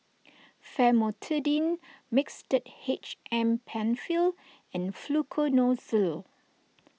Famotidine Mixtard H M Penfill and Fluconazole